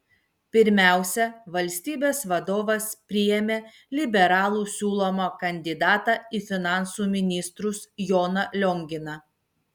pirmiausia valstybės vadovas priėmė liberalų siūlomą kandidatą į finansų ministrus joną lionginą